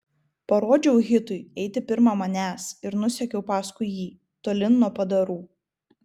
parodžiau hitui eiti pirma manęs ir nusekiau paskui jį tolyn nuo padarų